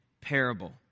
parable